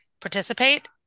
participate